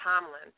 Tomlin